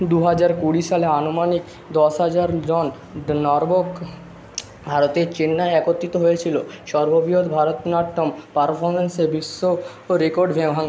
দু হাজার কুড়ি সালে আনুমানিক দশ হাজারজন নর্তক ভারতের চেন্নাইয়ে একত্রিত হয়েছিলো সর্ববৃহৎ ভারতনাট্যম পারফমেন্সে বিশ্ব রেকর্ড ভাং